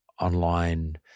online